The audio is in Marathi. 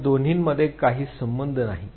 या दोघांमध्ये काही संबंध नाही